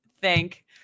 thank